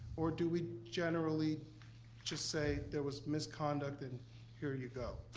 or do we generally just say, there was misconduct and here you go?